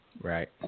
Right